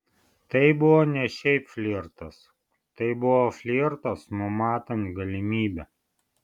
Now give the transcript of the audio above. tai buvo ne šiaip flirtas tai buvo flirtas numatant galimybę